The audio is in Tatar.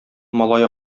малай